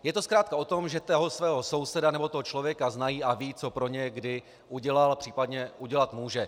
Je to zkrátka o tom, že toho svého souseda nebo toho člověka znají a vědí, co pro ně kdy udělal, případně udělat může.